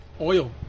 Oil